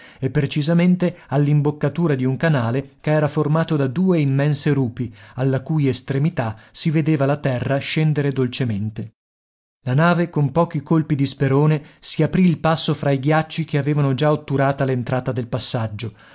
e precisamente all'imboccatura di un canale che era formato da due immense rupi alla cui estremità si vedeva la terra scendere dolcemente la nave con pochi colpi di sperone si aprì il passo fra i ghiacci che avevano già otturata l'entrata del passaggio